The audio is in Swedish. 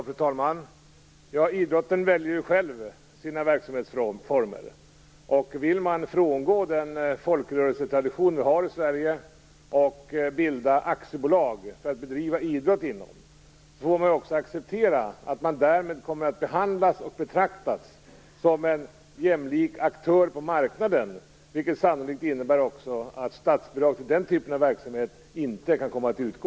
Fru talman! Idrotten väljer ju själv sina verksamhetsformer. Vill man frångå den folkrörelsetradition som vi har i Sverige och bilda aktiebolag inom vilket idrott skall bedrivas, får man också acceptera att man därmed kommer att behandlas och betraktas som en jämlik aktör på marknaden, vilket sannolikt också innebär att statsbidrag för den typen av verksamhet inte kan komma att utgå.